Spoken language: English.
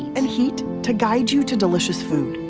and heat to guide you to delicious food.